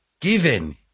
given